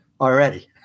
already